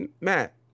Matt